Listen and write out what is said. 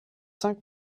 cinq